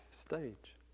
stage